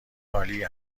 عالی